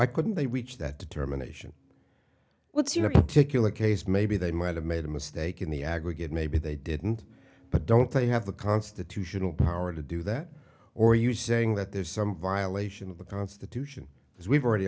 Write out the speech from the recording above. why couldn't they reach that determination what's your particular case maybe they might have made a mistake in the aggregate maybe they didn't but don't they have the constitutional power to do that or you saying that there's some violation of the constitution as we've already